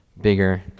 bigger